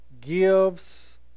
gives